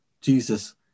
Jesus